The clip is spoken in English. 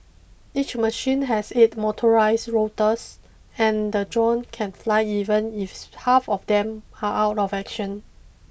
each machine has eight motorised rotors and the drone can fly even if half of them are out of action